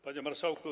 Panie Marszałku!